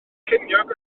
ceiniog